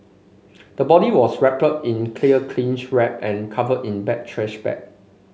the body was wrapped in clear cling wrap and covered in black trash bag